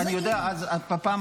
אני יודע, אז בפעם הבאה.